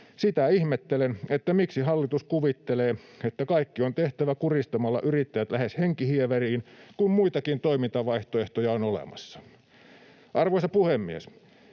Sitä ihmettelen, miksi hallitus kuvittelee, että kaikki on tehtävä kuristamalla yrittäjät lähes henkihieveriin, kun muitakin toimintavaihtoehtoja on olemassa. Arvoisa puhemies!